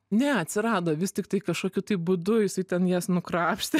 ne atsirado vis tiktai kažkokiu tai būdu jisai ten jas nukrapštė